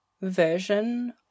version